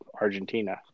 Argentina